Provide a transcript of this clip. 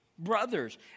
Brothers